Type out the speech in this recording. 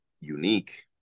unique